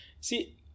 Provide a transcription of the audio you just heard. see